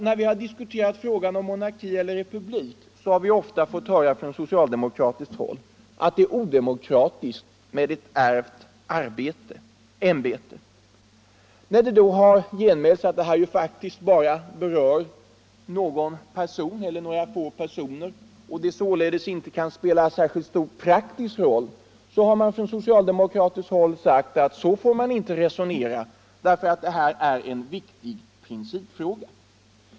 När vi har diskuterat frågan om monarki eller republik har vi ofta fått höra från socialdemokratiskt håll att det är odemokratiskt med ett ärvt ämbete. När det då har genmälts att detta ju faktiskt bara berör någon eller några få personer och att det således inte kan spela någon särskilt stor praktisk roll har det från socialdemokratiskt håll sagts, att man inte får resonera på det sättet, eftersom detta är en viktig principfråga.